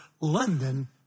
London